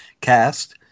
cast